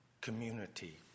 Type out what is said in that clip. community